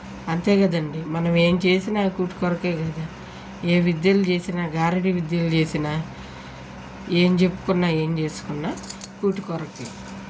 అంతే కదండి మనం ఏమి చేసినా కూటి కొరకే కదా ఏ విద్యలు చేసినా గారడీ విద్యలు చేసినా ఏమి చెప్పుకున్నా ఏమి చేసుకున్నా కూటి కొరకే